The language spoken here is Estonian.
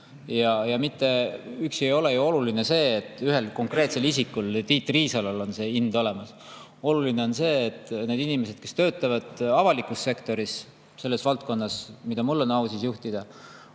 Ja ei ole ju oluline see, et ühel konkreetsel isikul, Tiit Riisalol on see ind olemas. Oluline on see, et need inimesed, kes töötavad avalikus sektoris selles valdkonnas, mida mul on au juhtida,